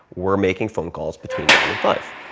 were making phone calls between nine and five.